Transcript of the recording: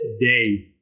today